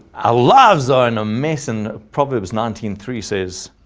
ah lives are and a mess, in proverbs nineteen three says,